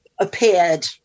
appeared